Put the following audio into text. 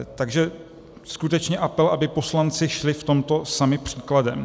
Takže skutečně apel, aby poslanci šli v tomto sami příkladem.